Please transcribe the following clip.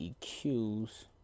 eqs